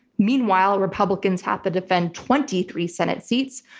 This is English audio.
meanwhile, republicans have to defend twenty three senate seats.